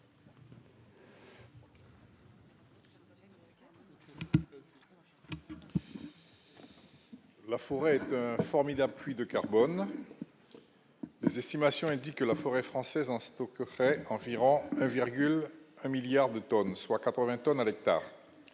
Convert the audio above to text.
La forêt formidable puits de carbone, les estimations indiquent que la forêt française en stock fait environ 1,1 milliard de tonnes, soit 80 tonnes avec,